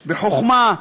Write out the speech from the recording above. בחוכמה,